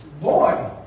Boy